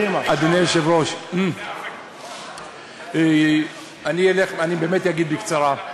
אדוני היושב-ראש, אני באמת אגיד בקצרה.